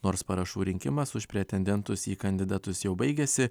nors parašų rinkimas už pretendentus į kandidatus jau baigėsi